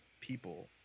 people